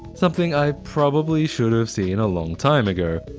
something i probably should have seen a long time ago.